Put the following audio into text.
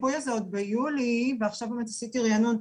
בחודש יולי ועכשיו באמת עשיתי ריענון,